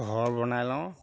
ঘৰ বনাই লওঁ